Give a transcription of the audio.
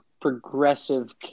progressive